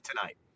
tonight